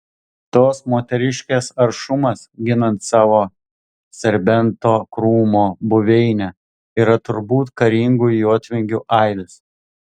tos moteriškės aršumas ginant savo serbento krūmo buveinę yra turbūt karingųjų jotvingių aidas